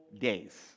days